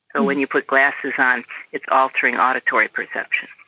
and when you put glasses on it is altering auditory perception.